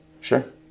Sure